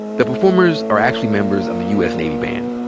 the performers are actually members of the u. s. navy band.